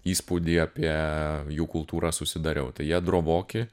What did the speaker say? įspūdį apie jų kultūrą susidariau tai jie drovoki